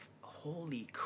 holy